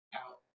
out